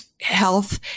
health